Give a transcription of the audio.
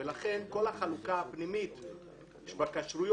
לכן כל החלוקה הפנימית בכשרויות,